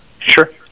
Sure